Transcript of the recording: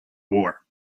war